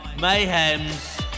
Mayhem's